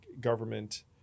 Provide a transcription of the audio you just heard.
government